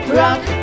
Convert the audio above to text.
rock